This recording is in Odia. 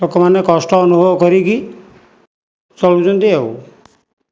ଲୋକମାନେ କଷ୍ଟ ଅନୁଭବ କରିକି ଚଳୁଛନ୍ତି ଆଉ